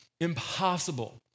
impossible